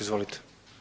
Izvolite.